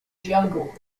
jungle